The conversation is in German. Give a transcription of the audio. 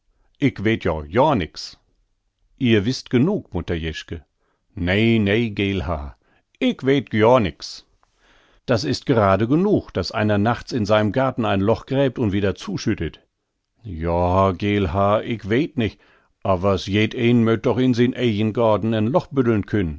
ihr wißt genug mutter jeschke nei nei geelhaar ick weet joar nix das ist gerade genug daß einer nachts in seinem garten ein loch gräbt und wieder zuschüttet joa geelhaar ick weet nich awers jed een möt doch in sien